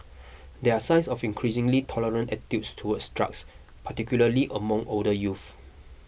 there are signs of increasingly tolerant attitudes towards drugs particularly among older youth